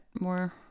more